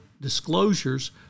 disclosures